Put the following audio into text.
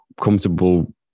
comfortable